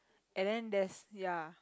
and then there's ya